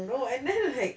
no and then like